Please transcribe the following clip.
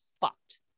fucked